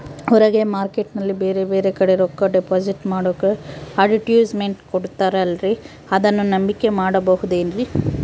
ಹೊರಗೆ ಮಾರ್ಕೇಟ್ ನಲ್ಲಿ ಬೇರೆ ಬೇರೆ ಕಡೆ ರೊಕ್ಕ ಡಿಪಾಸಿಟ್ ಮಾಡೋಕೆ ಅಡುಟ್ಯಸ್ ಮೆಂಟ್ ಕೊಡುತ್ತಾರಲ್ರೇ ಅದನ್ನು ನಂಬಿಕೆ ಮಾಡಬಹುದೇನ್ರಿ?